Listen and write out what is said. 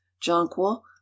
jonquil